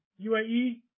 UAE